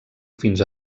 fins